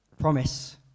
promise